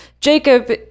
Jacob